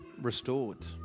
restored